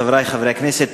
חברי חברי הכנסת,